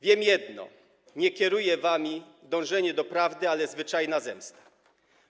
Wiem jedno, nie kieruje wami dążenie do prawdy, ale zwyczajna zemsta.